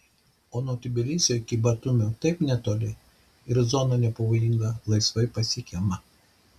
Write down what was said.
o nuo tbilisio iki batumio taip netoli ir zona nepavojinga laisvai pasiekiama